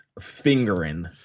Fingering